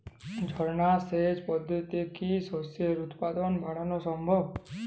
ঝর্না সেচ পদ্ধতিতে কি শস্যের উৎপাদন বাড়ানো সম্ভব?